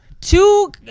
Two